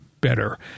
better